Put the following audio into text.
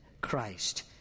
Christ